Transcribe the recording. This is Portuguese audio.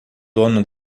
dono